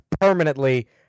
permanently